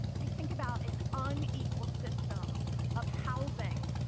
i think about an unequal system of housing,